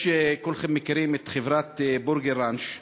כולכם מכירים את חברת "בורגראנץ'",